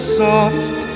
soft